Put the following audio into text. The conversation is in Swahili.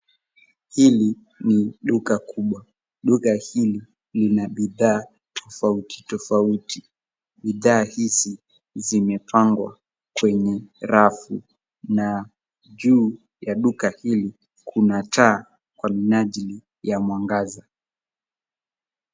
Hili ni duka kubwa. Duka hili lina bidhaa tofauti tofauti. Bidhaa hizi zimepangwa kwenye rafu. Na juu ya duka hili, kuna taa kwa minajili ya mwangaza.